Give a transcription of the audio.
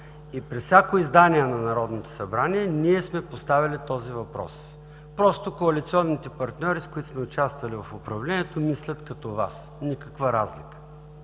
и при всяко издание на Народното събрание ние сме поставяли този въпрос. Просто коалиционните партньори, с които сме участвали в управлението, мислят като Вас, никаква разлика!